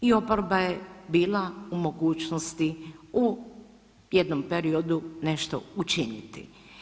I oporba je bila u mogućnosti u jednom periodu nešto učiniti.